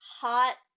hot